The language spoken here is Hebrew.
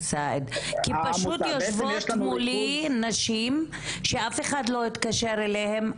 פשוט יושבות מולי נשים שאף אחד לא התקשר אליהן,